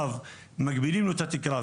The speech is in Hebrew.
מגבילים לו את התקרה,